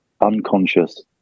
unconscious